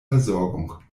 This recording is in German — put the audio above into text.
versorgung